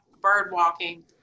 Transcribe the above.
birdwalking